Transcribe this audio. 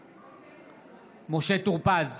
נוכח משה טור פז,